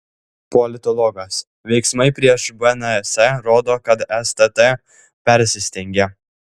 politologas veiksmai prieš bns rodo kad stt persistengė